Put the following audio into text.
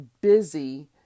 busy